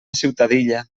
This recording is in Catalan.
ciutadilla